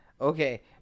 Okay